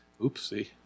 Oopsie